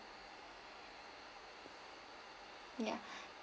ya